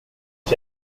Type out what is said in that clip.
mit